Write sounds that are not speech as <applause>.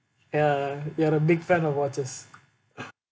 ya you're a big fan of watches <noise>